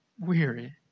weary